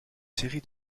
série